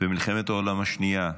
במלחמת העולם השנייה,